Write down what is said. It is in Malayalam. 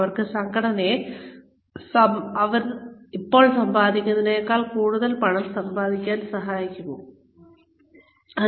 അവർക്ക് സംഘടനയെ അത് ഇപ്പോൾ സമ്പാദിക്കുന്നതിനേക്കാൾ കൂടുതൽ പണം സമ്പാദിക്കാൻ സഹായിക്കാൻ കഴിയുമോ